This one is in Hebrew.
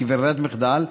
כברירת מחדל,